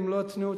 במלוא הצניעות,